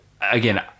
again